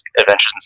Adventures